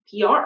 pr